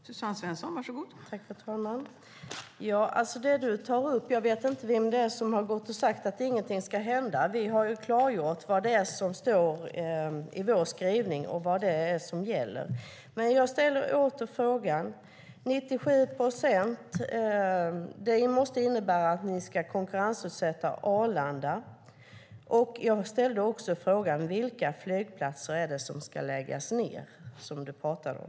Fru talman! Jag vet inte vem som har sagt att ingenting ska hända. Vi har klargjort vad som står i vår skrivning och vad som gäller. Jag ställer åter frågan. Ni sade att vi inte konkurrensutsätter 97 procent. Det måste innebära att ni ska konkurrensutsätta Arlanda. Jag ställde också frågan: Vilka flygplatser är det som ska läggas ned, som du talade om?